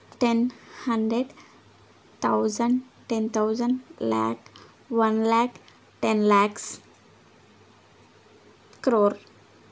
ten hundred thousand ten thousand lakh one lakh ten lakhs crore